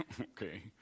Okay